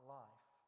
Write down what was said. life